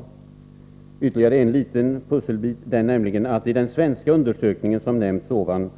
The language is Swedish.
Här finns ytterligare en liten pusselbit, nämligen att det i den nyssnämnda svenska undersökningen